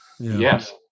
Yes